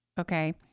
Okay